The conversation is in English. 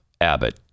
Abbott